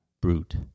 Brute